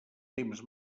temps